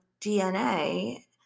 DNA